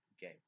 game